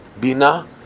bina